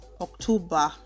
october